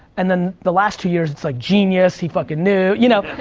and then the last two years, it's like genius, he fucking knew, you know.